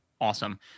awesome